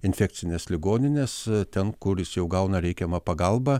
infekcines ligonines ten kur jis jau gauna reikiamą pagalbą